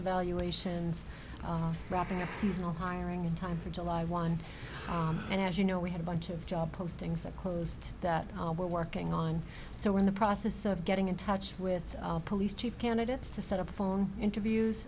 evaluations are wrapping up seasonal hiring in time for july one and as you know we had a bunch of job postings that closed that we're working on so we're in the process of getting in touch with police chief candidates to set up the phone interviews